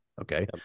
Okay